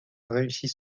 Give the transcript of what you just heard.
réussit